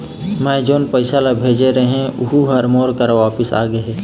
मै जोन पैसा ला भेजे रहें, ऊ हर मोर करा वापिस आ गे हे